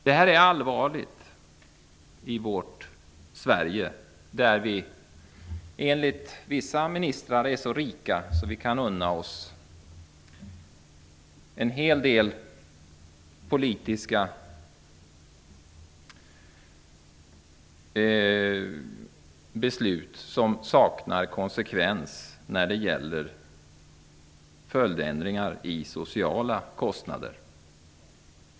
Det är allvarligt i vårt Sverige, där vi enligt vissa ministrar är så rika att vi kan unna oss en hel del politiska beslut som saknar konsekvens när det gäller följdändringar av de sociala kostnaderna.